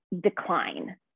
decline